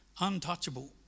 untouchable